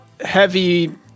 heavy